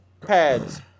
pads